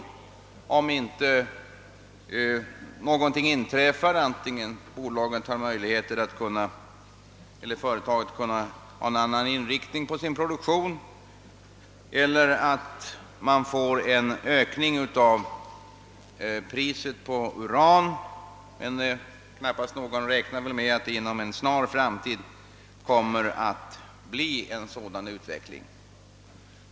För att få fram en lönande verksamhet måste verket ha en annan inriktning på sin produktion. En annan lösning vore att det inträffade en prisökning på uran, men knappast någon räknar väl med att det inom en snar framtid kommer att bli en sådan utveckling.